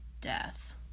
death